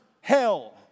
hell